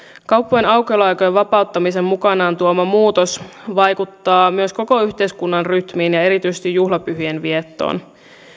kauppojen aukioloaikojen vapauttamisen mukanaan tuoma muutos vaikuttaa myös koko yhteiskunnan rytmiin ja ja erityisesti juhlapyhien viettoon